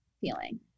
feeling